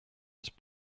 his